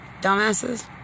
dumbasses